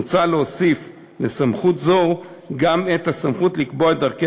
מוצע להוסיף לסמכות זו גם את הסמכות לקבוע את דרכי